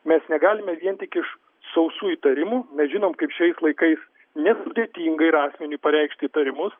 mes negalime vien tik iš sausų įtarimų mes žinom kaip šiais laikais nesudėtinga yra asmeniui pareikšti įtarimus